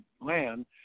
land